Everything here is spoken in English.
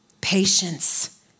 patience